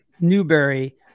Newberry –